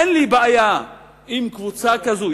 אין לי בעיה עם קבוצה כזו,